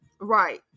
Right